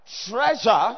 treasure